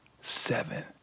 seven